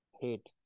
hate